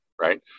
right